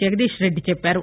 జగదీశ్రెడ్డి చెప్పారు